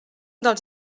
dels